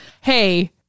Hey